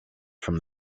from